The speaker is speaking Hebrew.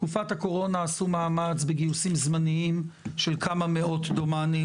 בתקופת הקורונה עשו מאמץ בגיוסים זמניים של כמה מאות דומני,